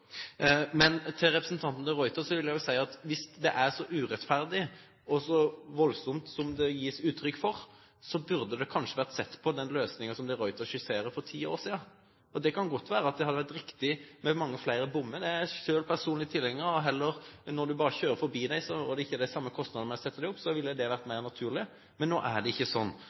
Men til representanten de Ruiter vil jeg jo si at hvis det er så urettferdig og så voldsomt som det gis uttrykk for, så burde kanskje den løsningen som de Ruiter skisserer, vært sett på for ti år siden. Det kan godt være at det hadde vært riktig med mange flere bommer. Jeg er selv personlig tilhenger av at når man bare kjører forbi dem, og det ikke er de samme kostnadene som når man setter dem opp, ville det vært mer naturlig. Men nå er det ikke sånn!